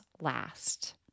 last